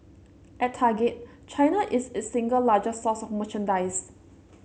at Target China is its single largest source of merchandise